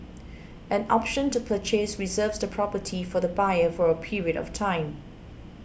an option to purchase reserves the property for the buyer for a period of time